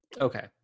Okay